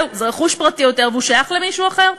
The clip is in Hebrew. זהו, זה רכוש פרטי, והוא שייך למישהו אחר.